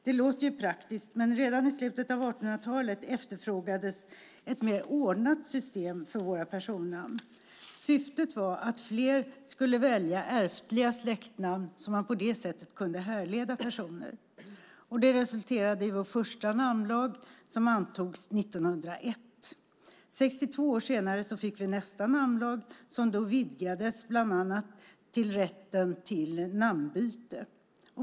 Det låter praktiskt, men redan i slutet av 1800-talet efterfrågades ett mer ordnat system för våra personnamn. Syftet var att fler skulle välja ärftliga släktnamn så att man på det sättet kunde härleda personer. Det resulterade i vår första namnlag som antogs 1901. 62 år senare fick vi nästa namnlag som vidgades bland annat till rätten till namnbyte.